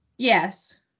yes